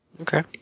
Okay